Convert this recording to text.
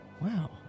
Wow